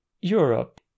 Europe